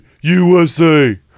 USA